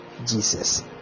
Jesus